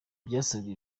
byasabye